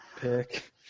pick